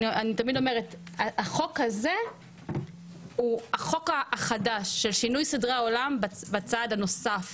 אני תמיד אומרת שהחוק הזה הוא החוק החדש של שינוי סדרי עולם בצעד הנוסף